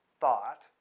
thought